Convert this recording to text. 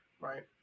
right